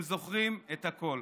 הם זוכרים את הכול.